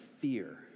fear